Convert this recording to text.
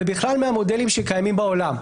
ובכלל מהמודלים שקיימים בעולם.